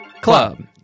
club